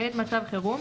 בעת מצב חירום,